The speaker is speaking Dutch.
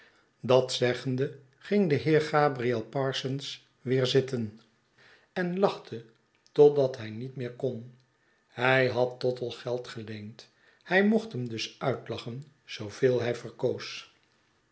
dat zeggende ging de heer gabriel parsons weer zitten en lachte totdat hij niet meer kon hij had tottle geld geleend hij mocht hem dus uitlachen zooveel hij verkoos